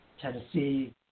Tennessee